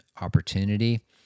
opportunity